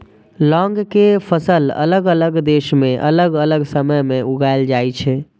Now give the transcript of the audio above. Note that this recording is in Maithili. लौंग के फसल अलग अलग देश मे अलग अलग समय मे उगाएल जाइ छै